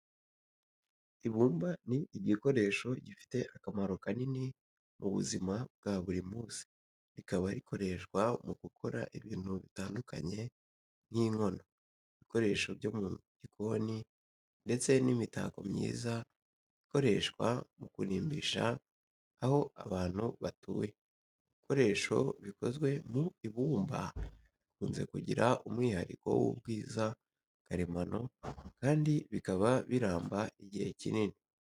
Ibumba ni igikoresho gifite akamaro kanini mu buzima bwa buri munsi, rikaba rikoreshwa mu gukora ibintu bitandukanye nk’inkono, ibikoresho byo mu gikoni, ndetse n’imitako myiza ikoreshwa mu kurimbisha aho abantu batuye. Ibikoresho bikozwe mu ibumba bikunze kugira umwihariko w’ubwiza karemano kandi bikaba biramba igihe kinini.